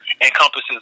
encompasses